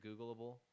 googleable